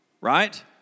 Right